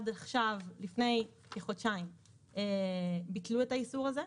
לפני כחודשיים ביטלו את האיסור הזה,